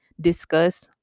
discuss